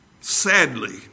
sadly